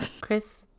chris